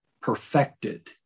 perfected